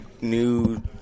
new